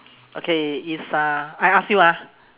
okay is uh I ask you ah